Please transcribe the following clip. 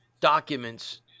documents